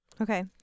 Okay